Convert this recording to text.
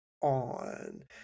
on